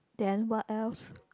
then what else